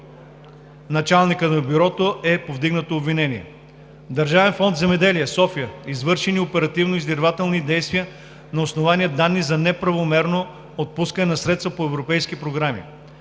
срещу него е повдигнато обвинение; - в Държавен фонд „Земеделие“ – София, са извършени оперативно-издирвателни действия на основание данни за неправомерно отпускане на средства по европейски програми;